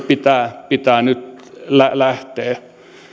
pitää pitää nyt lähteä